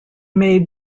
made